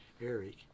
Eric